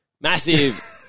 Massive